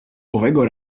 owego